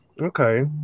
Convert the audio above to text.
Okay